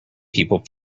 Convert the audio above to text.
people